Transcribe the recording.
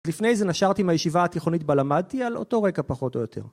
לפני זה נשרתי מהישיבה התיכונית בה למדתי על אותו רקע פחות או יותר.